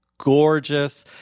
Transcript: gorgeous